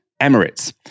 Emirates